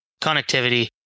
connectivity